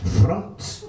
Front